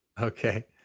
okay